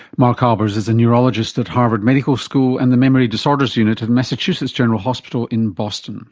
mark albers is a neurologist at harvard medical school and the memory disorders unit at massachusetts general hospital in boston